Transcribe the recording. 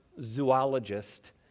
zoologist